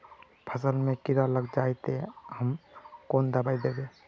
फसल में कीड़ा लग जाए ते, ते हम कौन दबाई दबे?